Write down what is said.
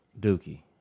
Dookie